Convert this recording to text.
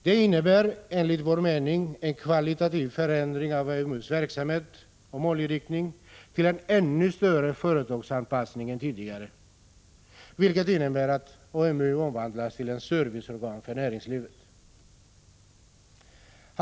Den innebär enligt vår mening en kvalitativ förändring av AMU:s verksamhet och målinriktning till en ännu större företagsanpassning än tidigare, vilket innebär att AMU omvandlas till ett serviceorgan för näringslivet.